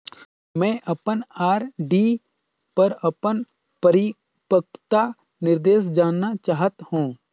मैं अपन आर.डी पर अपन परिपक्वता निर्देश जानना चाहत हों